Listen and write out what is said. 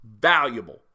valuable